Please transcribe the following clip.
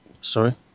Sorry